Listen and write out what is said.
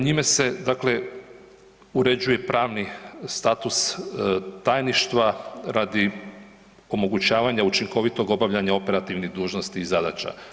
Njime se dakle uređuje pravni status tajništva radi omogućavanja učinkovitog obavljanja operativnih dužnosti i zadaća.